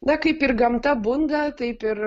na kaip ir gamta bunda taip ir